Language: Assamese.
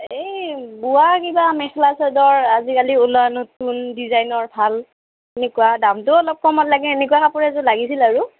এই বোৱা কিবা মেখেলা চাদৰ আজিকালি ওলোৱা নতুন ডিজাইনৰ ভাল এনেকুৱা দামটোও অলপ কমত লাগে এনেকুৱা কাপোৰ এযোৰ লাগিছিল আৰু